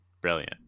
Brilliant